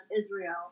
Israel